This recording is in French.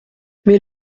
mais